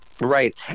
right